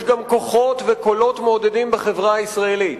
יש גם כוחות וקולות מעודדים בחברה הישראלית.